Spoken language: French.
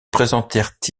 présentèrent